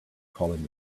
calling